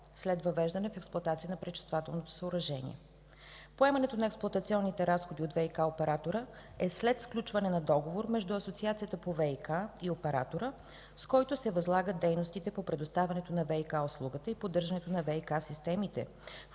след въвеждане в експлоатация на пречиствателното съоръжение. Поемането на експлоатационните разходи от ВиК оператора е след сключване на договор между Асоциацията по ВиК и оператора, с който се възлагат дейностите по предоставянето на ВиК услугата и поддържането на ВиК системите,